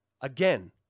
again